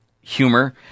humor